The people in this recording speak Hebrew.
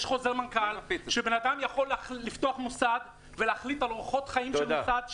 יש חוזר מנכ"ל שבן אדם יכול לפתוח מוסד ולהחליט על אורחות החיים במוסד,